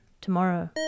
tomorrow